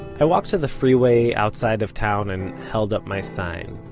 i walked to the freeway outside of town, and held up my sign.